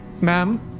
ma'am